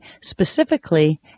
specifically